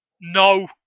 No